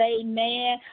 Amen